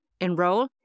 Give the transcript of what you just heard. enroll